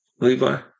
Levi